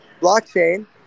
blockchain